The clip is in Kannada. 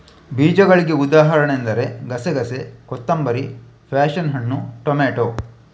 ಬೀಜಗಳಿಗೆ ಉದಾಹರಣೆ ಎಂದರೆ ಗಸೆಗಸೆ, ಕೊತ್ತಂಬರಿ, ಪ್ಯಾಶನ್ ಹಣ್ಣು, ಟೊಮೇಟೊ